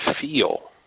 feel